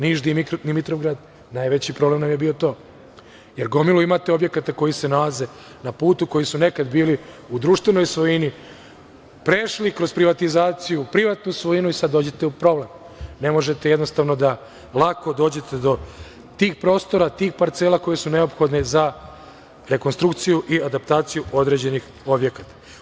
Niš-Dimitrovgrad, najveći problem nam je bilo to jer imate gomilu objekata koji se nalaze na putu, koji su nekada bili u društvenoj svojini, prešli kroz privatizaciju, privatnu svojinu i sada dođete u problem jer ne možete jednostavno lako da dođete do tih prostora, tih parcela koje su neophodne za rekonstrukciju i adaptaciju određenih objekata.